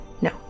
no